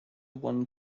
won